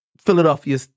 Philadelphia